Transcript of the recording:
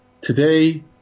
today